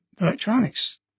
electronics